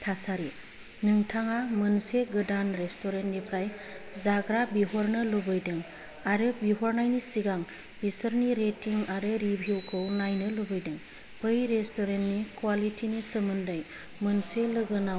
थासारि नोंथाङा मोनसे गोदान रेस्टुरेन्टनिफ्राय जाग्रा बिहरनो लुबैदों आरो बिहरनायनि सिगां बिसोरनि रेटिं आरो रिभिउखौ नायनो लुगैदों बै रेस्टुरेन्टनि कुवालिटिनि सोमोन्दै मोनसे लोगोनाव